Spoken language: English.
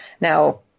Now